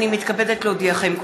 הינני מתכבדת להודיעכם,